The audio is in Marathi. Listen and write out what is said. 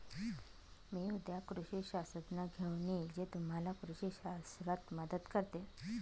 मी उद्या कृषी शास्त्रज्ञ घेऊन येईन जे तुम्हाला कृषी शास्त्रात मदत करतील